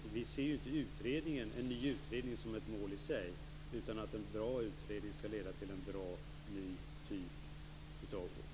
Vi ser ju inte en ny utredning som ett mål i sig, utan en bra utredning skall leda till en bra ny typ av revision.